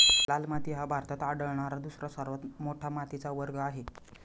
लाल माती हा भारतात आढळणारा दुसरा सर्वात मोठा मातीचा वर्ग आहे